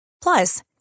Plus